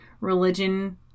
religion